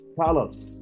Carlos